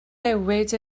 newid